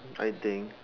I think